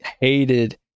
Hated